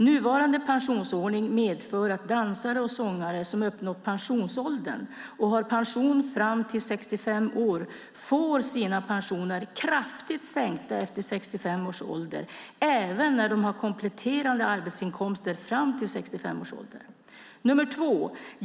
Nuvarande pensionsordning medför att dansare och sångare, som uppnått pensionsåldern och har pension fram till 65 år, får sina pensioner kraftigt sänkta efter 65 års ålder även när de har kompletterande arbetsinkomster fram till 65 års ålder. 2.